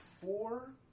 four